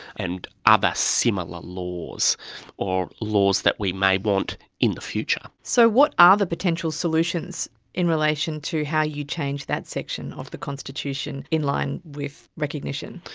and ah other similar laws or laws that we may want in the future. so what are the potential solutions in relation to how you change that section of the constitution in line with recognition?